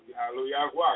Hallelujah